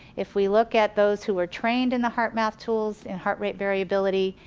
if we look at those who are trained in the heart map tools, and heart rate variability,